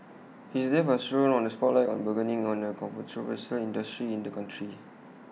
his death has thrown this spotlight on A burgeoning but controversial industry in the country